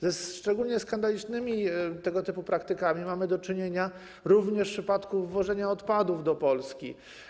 Ze szczególnie skandalicznymi tego typu praktykami mamy do czynienia również w przypadku wwożenia odpadów do Polski.